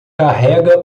carrega